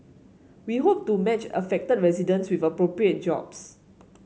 we hope to match affected residents with appropriate jobs